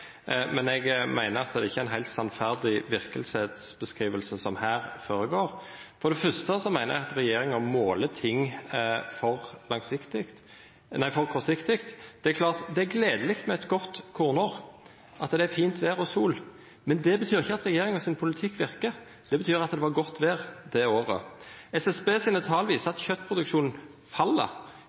men eg meiner at dette ikkje er ei heilt sannferdig beskriving av verkelegheita. For det første meiner eg at regjeringa måler ting for kortsiktig. Det er klart at det er gledeleg med eit godt kornår, at det er fint vêr og sol, men det betyr ikkje at regjeringa sin politikk verkar – det betyr at det var godt vêr det året. SSB sine tal viser at